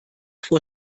vor